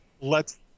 lets